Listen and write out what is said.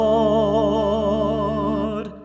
Lord